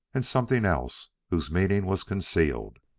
and something else whose meaning was concealed.